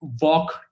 walk